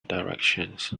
directions